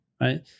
right